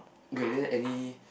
okay then any